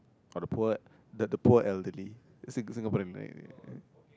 all the poor that the poor elderly sing~ Singaporean yeah